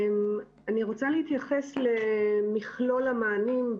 אני רוצה להתייחס למכלול המענים.